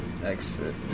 Exit